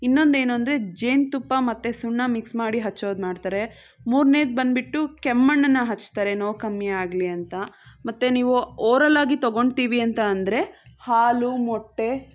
ಇನ್ನೊಂದೇನು ಅಂದರೆ ಜೇನುತುಪ್ಪ ಮತ್ತು ಸುಣ್ಣ ಮಿಕ್ಸ್ ಮಾಡಿ ಹಚ್ಚೋದು ಮಾಡ್ತಾರೆ ಮೂರ್ನೇದು ಬಂದ್ಬಿಟ್ಟು ಕೆಮ್ಮಣ್ಣನ್ನು ಹಚ್ತಾರೆ ನೋವು ಕಮ್ಮಿ ಆಗಲಿ ಅಂತ ಮತ್ತೆ ನೀವು ಓರಲ್ಲಾಗಿ ತೊಗೋತೀವಿ ಅಂತ ಅಂದರೆ ಹಾಲು ಮೊಟ್ಟೆ